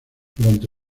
durante